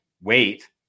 wait